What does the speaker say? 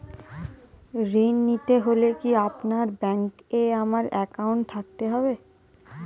ঋণ নিতে হলে কি আপনার ব্যাংক এ আমার অ্যাকাউন্ট থাকতে হবে?